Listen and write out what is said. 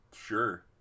sure